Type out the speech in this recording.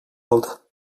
aldı